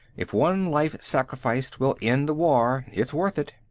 if one life sacrificed will end the war it's worth it.